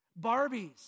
Barbies